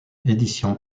éditions